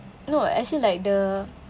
no as in like the